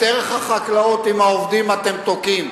את ערך החקלאות עם העובדים אתם תוקעים,